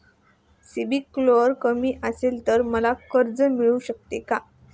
CIBIL score कमी असेल तर मला कर्ज मिळू शकेल का?